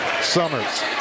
Summers